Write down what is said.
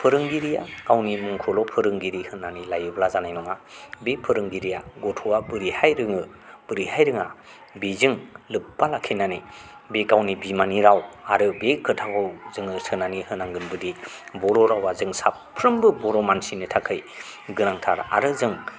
फोरोंगिरिआ गावनि मुंखौल' फोरोंगिरि होननानै लायोब्ला जानाय नङा बे फोरोंगिरिआ गथ'आ बोरैहाय रोङो बोरैहाय रोङा बेजों लोब्बा लाखिनानै बे गावनि बिमानि राव आरो बे खोथाखौ जोङो सोनानै होनांगोन दि बर' रावा जों साफ्रोमबो बर' मानसिनि थाखाय गोनांथार आरो जों